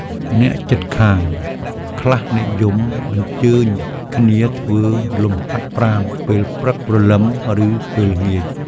អ្នកជិតខាងខ្លះនិយមអញ្ជើញគ្នាធ្វើលំហាត់ប្រាណពេលព្រឹកព្រលឹម ឬពេលល្ងាច។